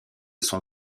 son